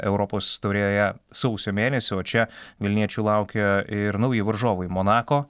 europos taurėje sausio mėnesį o čia vilniečių laukia ir nauji varžovai monako